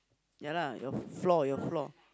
ya lah your f~ flaw your flaw